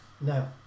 No